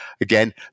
Again